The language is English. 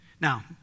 Now